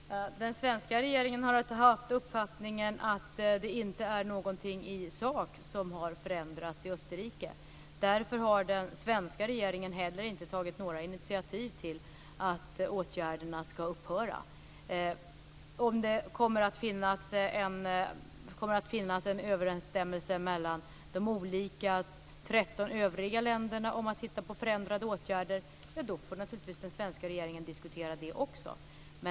Fru talman! Den svenska regeringen har haft uppfattningen att det inte är något i sak som har förändrats i Österrike. Därför har den svenska regeringen inte heller tagit några initiativ till att åtgärderna ska upphöra. Om det kommer att finnas en överensstämmelse mellan de 13 övriga länderna om att titta på förändrade åtgärder så får naturligtvis också den svenska regeringen diskutera det.